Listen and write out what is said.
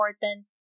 important